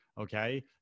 Okay